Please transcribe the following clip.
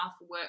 work